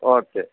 okay